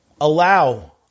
allow